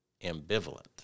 ambivalent